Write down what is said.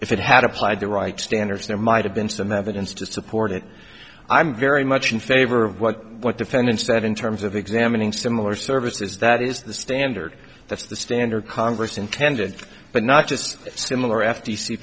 if it had applied the right standards there might have been some evidence to support it i'm very much in favor of what what defendants said in terms of examining similar services that is the standard that's the standard congress intended but not just similar f